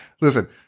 listen